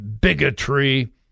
bigotry